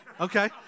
Okay